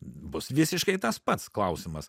bus visiškai tas pats klausimas